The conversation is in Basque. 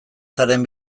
zaren